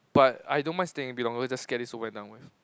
but I don't mind staying a bit longer just get this over and done with